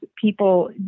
people